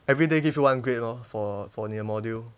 everyday give you one grade lor for for 你的 module